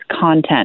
content